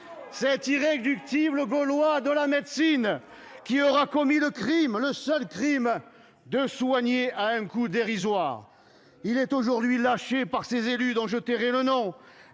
Cet irréductible gaulois de la médecine, qui aura commis le seul crime de soigner à un coût dérisoire, est aujourd'hui lâché par des élus dont je tairai le nom,